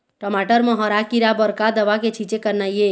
टमाटर म हरा किरा बर का दवा के छींचे करना ये?